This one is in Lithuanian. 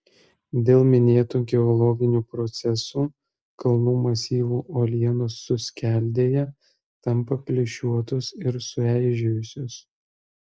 dėl minėtų geologinių procesų kalnų masyvų uolienos suskeldėja tampa plyšiuotos ir sueižėjusios